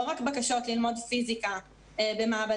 לא רק בקשות ללמוד פיזיקה במעבדה,